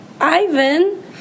Ivan